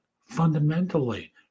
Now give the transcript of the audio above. fundamentally